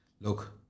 look